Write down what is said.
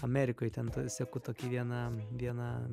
amerikoj ten seku tokį vieną vieną